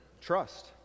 trust